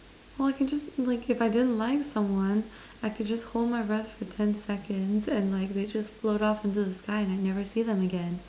or I can just like if I didn't like someone I could just hold my breath for ten seconds and like they just float off into the sky and I never see them again